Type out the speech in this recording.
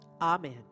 Amen